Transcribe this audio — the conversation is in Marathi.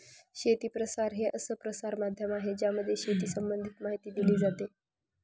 शेती प्रसार हे असं प्रसार माध्यम आहे ज्यामध्ये शेती संबंधित माहिती दिली जाते